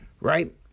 right